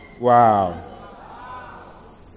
Wow